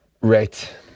Right